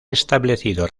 establecido